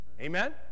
Amen